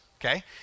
okay